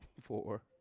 four